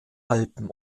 alpen